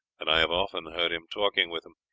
and i have often heard him talking with them.